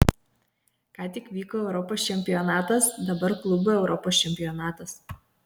ką tik vyko europos čempionatas dabar klubų europos čempionatas